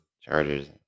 Chargers